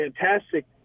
fantastic